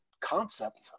concept